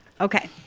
Okay